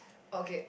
okay